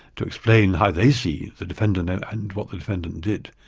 to explain how they see the defendant and and what the defendant did.